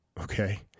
okay